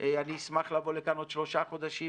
אני אשמח לבוא לכאן עוד שלושה חודשים,